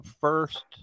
first